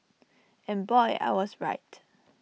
and boy I was right